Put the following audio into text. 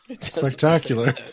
Spectacular